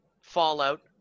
Fallout